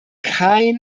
kein